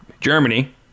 Germany